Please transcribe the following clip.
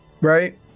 Right